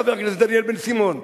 חבר הכנסת דניאל בן-סימון,